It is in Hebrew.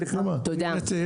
סליחה, אני מתנצל.